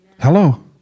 Hello